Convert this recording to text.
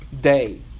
day